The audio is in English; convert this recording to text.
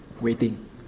waiting